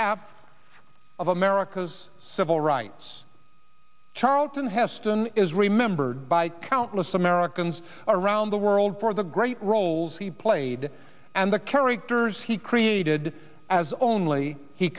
half of america's civil rights charlton heston is remembered by countless americans around the world for the great roles he played and the characters he created as only he